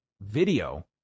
video